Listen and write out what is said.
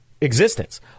existence